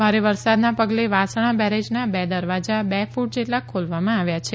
ભારે વરસાદના પગલે વાસણા બેરેજના બે દરવાજા બે ફ્ટ જેટલા ખોલવામાં આવ્યા છે